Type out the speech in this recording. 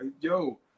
yo